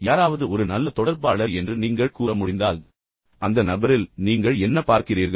யாராவது ஒரு நல்ல தொடர்பாளர் என்று நீங்கள் கூற முடிந்தால் தொடர்பாளரே அந்த நபரை நீங்கள் என்ன பார்க்கிறீர்கள்